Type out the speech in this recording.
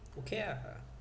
okay ah ah